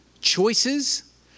choices